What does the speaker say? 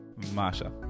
Marsha